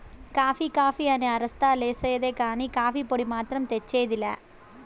coffee coffee అని అరస్తా లేసేదే కానీ, కాఫీ పొడి మాత్రం తెచ్చేది లా